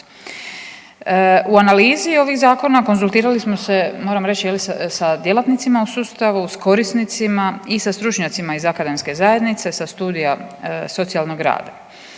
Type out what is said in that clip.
U analizi ovih zakona konzultirali smo se moram reći je li sa djelatnicima u sustavu, s korisnicima i sa stručnjacima iz akademske zajednice sa studija socijalnog rada.